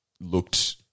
looked